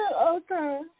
okay